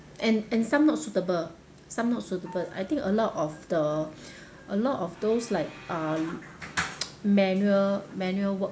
and and some not suitable some not suitable I think a lot of the a lot of those like um manual manual work